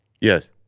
Yes